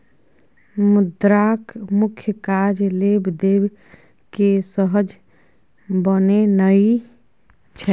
मुद्राक मुख्य काज लेब देब केँ सहज बनेनाइ छै